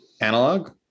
analog